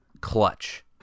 Clutch